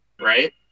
Right